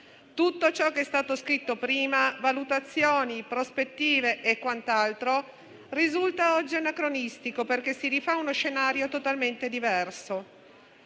tutto ciò che è stato scritto prima (valutazioni, prospettive e quant'altro) risulta oggi anacronistico, perché si rifà a uno scenario totalmente diverso.